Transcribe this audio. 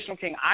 King